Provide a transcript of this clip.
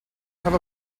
have